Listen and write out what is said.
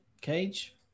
Cage